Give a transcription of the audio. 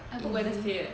I book wednesday eh